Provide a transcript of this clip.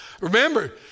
Remember